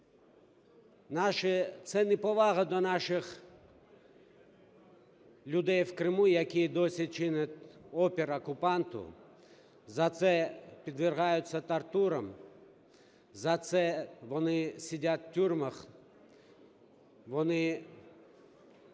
Це неповага до наших людей в Криму, які і досі чинять опір окупанту. За це підвергаються тортурам, за це вони сидять в тюрмах, вони